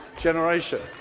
generation